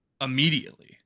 immediately